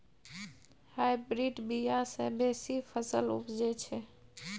hybrid बीया सँ बेसी फसल उपजै छै